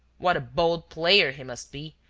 what a bold player he must be,